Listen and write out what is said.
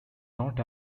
not